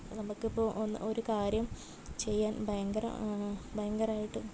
നമുക്കിപ്പോൾ ഒരു കാര്യം ചെയ്യാൻ ഭയങ്കര ഭയങ്കരായിട്ട് ഇപ്പോൾ